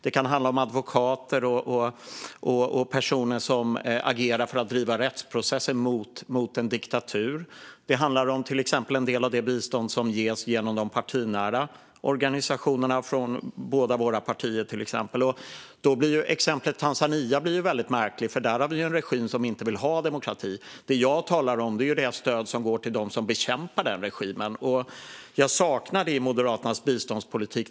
Det kan handla om advokater och personer som agerar för att driva rättsprocesser mot en diktatur. Det handlar om en del av det bistånd som ges genom de partinära organisationerna från till exempel båda våra partier. Då blir exemplet Tanzania väldigt märkligt. Där har vi en regim som inte vill ha demokrati. Det jag talar om är det stöd som går till dem som bekämpar den regimen. Det saknar jag i Moderaternas politik.